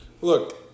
Look